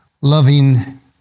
loving